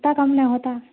اتنا کم نہ ہوتا ہے